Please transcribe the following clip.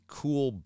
cool